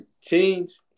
change